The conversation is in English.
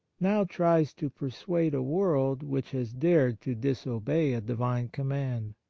now tries to persuade a world which has dared to disobey a divine command.